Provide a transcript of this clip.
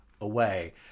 away